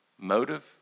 motive